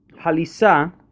halisa